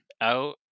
out